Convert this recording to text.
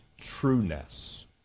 trueness